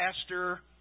pastor